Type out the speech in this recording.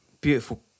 beautiful